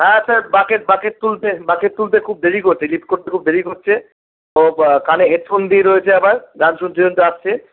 হ্যাঁ sir bucket bucket তুলছে bucket তুলতে খুব দেরি করছে লিফ্ট করতে খুব দেরি করছে কানে হেডফোন দিয়ে রয়েছে আবার গান শুনতে শুনতে আসছে